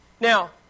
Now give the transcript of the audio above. Now